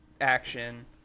action